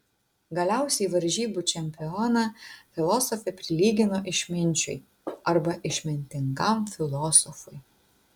galiausiai varžybų čempioną filosofė prilygino išminčiui arba išmintingam filosofui